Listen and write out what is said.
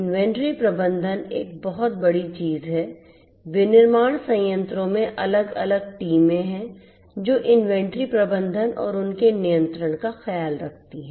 inventory प्रबंधन एक बहुत बड़ी चीज है विनिर्माण संयंत्रों में अलग अलग टीमें हैं जो इन्वेंट्री प्रबंधन और उनके नियंत्रण का ख्याल रखती हैं